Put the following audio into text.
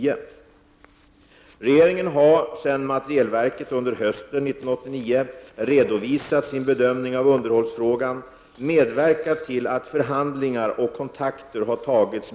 Inriktningen är således att materielverket skall komma fram till ett beslutsunderlag detta kvartal. Jag avvaktar resultatet av verkets förhandlingar och värderingsarbete.